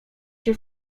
się